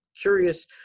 curious